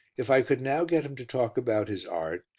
if i could now get him to talk about his art,